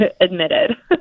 admitted